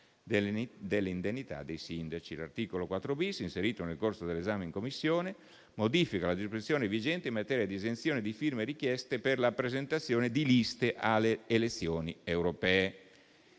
delle indennità dei sindaci. L'articolo 4-*bis*, inserito nel corso dell'esame in Commissione, modifica la disposizione vigente in materia di esenzione di firme richieste per la presentazione di liste alle elezioni europee.